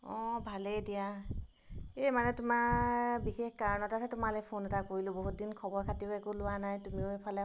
অঁ ভালেই দিয়া এই মানে তোমাৰ বিশেষ কাৰণতহে তোমালৈ ফোন এটা কৰিলোঁ বহুত দিন খবৰ খাতিও একো লোৱা নাই তুমিও এইফালে